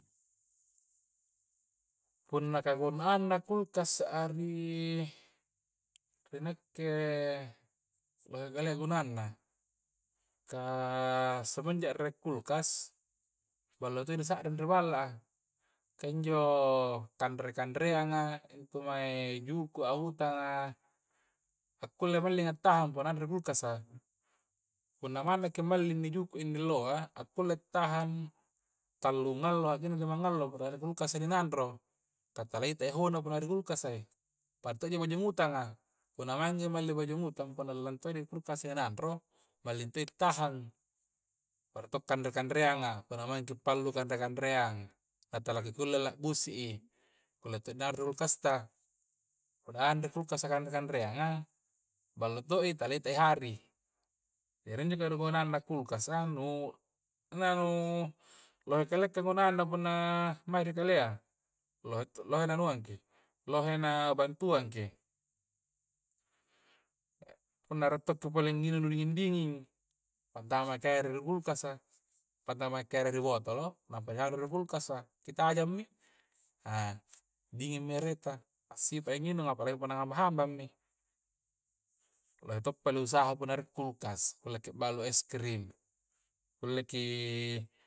Punna kagunanna kulkas'a ri ri nakke bagakalea gunanna' kah semenja re' kulkas ballo todo di sa'ring ri balla'a, kah injo kanre-kanreanga intu mae juku'a utanga' akulle' malling attahang' punna anre kulkasa punna maeng maki malling ni juku' ni alloa, akulle ta'hang tallu ngallo hallinggna' limang allo' punna ri kulkasa ja ri' nanro ta' talahita i hau'na punna ri kulkasa'i, padato'ji majumutanga' punna maengi mallemajumutanga' punna dilallang to'i dikulkasa a nanro malling to'i tahang pada to' kanre-kanreangang punna maengki pallu kanre-kanreang, natala kulleki la'busi'i, kulle tangnguru kulkas'ta punra anre kulkasa' kanre-kanreanga ballo to' i taleta i hari'. jari injo kalukua nanro kulkasa nu, nunanu lohe kalea kagunanna punna maeri kalea. lohe tu lohe naungkangki'. lohe na batuangki punna re' to' pi pole nginung nu dinging-dinging, patamaki' ere' ri kulkasa pakammaki ere' ribotolo nampa di haru' di kulkas'a, kitajammi. ah dingingmi ereta, assipa'i nginung apalagi punna hambang-hambangmi lohe to' pole usaha punna re' kulkas kulleki balu' eskrim kulleki.